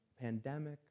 pandemic